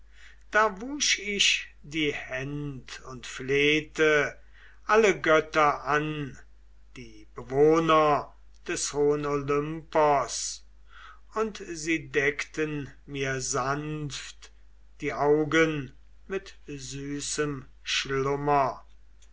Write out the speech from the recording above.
da wusch ich die händ und flehte alle götter an die bewohner des hohen olympos und sie deckten mir sanft die augen mit süßem schlummer